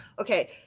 Okay